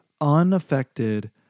unaffected